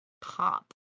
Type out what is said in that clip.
pop